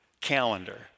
calendar